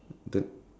the